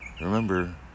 Remember